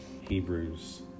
Hebrews